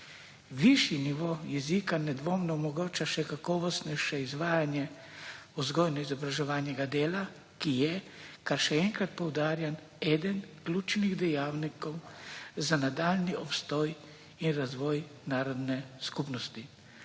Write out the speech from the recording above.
Višji nivo jezika nedvomno omogoča še kakovostnejše izvajanje vzgojno-izobraževalnega dela, ki je, kar še enkrat poudarjam, eden ključnih dejavnikov za nadaljnji obstoj in razvoj narodne skupnosti.